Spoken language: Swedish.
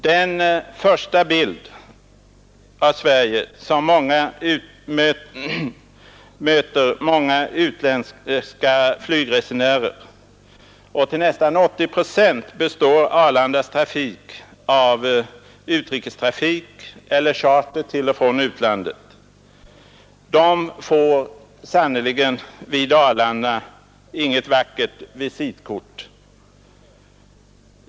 Den första bild av Sverige som många utländska flygresenärer — till nästan 80 procent består Arlandas trafik av utrikestrafik och charter till och från utlandet — får vid Arlanda är sannerligen inget vackert visitkort.